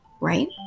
Right